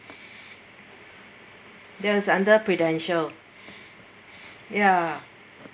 that was under Prudential ya